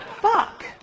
Fuck